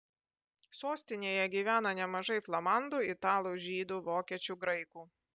sostinėje gyvena nemažai flamandų italų žydų vokiečių graikų